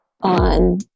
on